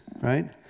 right